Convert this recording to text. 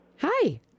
Hi